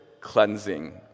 cleansing